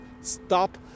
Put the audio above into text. stop